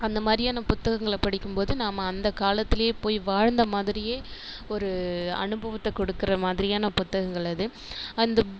அந்தமாதிரியான புத்தகங்களை படிக்கும்போது நாம அந்த காலத்துலேயே போய் வாழ்ந்த மாதிரியே ஒரு அனுபவத்தை கொடுக்கற மாதிரியான புத்தகங்கள் அது அந்த